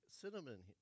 cinnamon